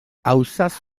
ausaz